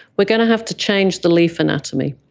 but going to have to change the leaf anatomy,